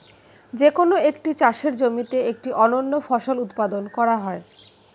যে কোন একটি চাষের জমিতে একটি অনন্য ফসল উৎপাদন করা হয়